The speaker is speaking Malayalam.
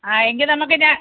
ആ എങ്കില് നമുക്കു ഞാൻ